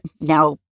now